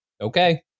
Okay